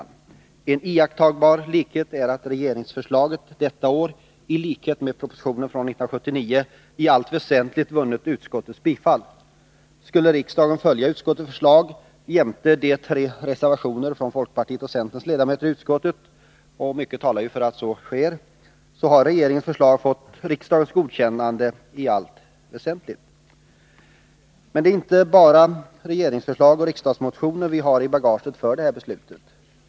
En annan iakttagbar likhet är att regeringsförslaget detta år i likhet med propositionen från 1979 i allt väsentligt har vunnit utskottets bifall. Skulle riksdagen följa utskottets förslag jämte de tre reservationerna från folkpartiets och centerns ledamöter i utskottet — och mycket talar för att så sker — har regeringens förslag fått riksdagens godkännande i allt väsentligt. Men det är inte bara regeringsförslag och riksdagsmotioner vi har med i bagaget för detta beslut.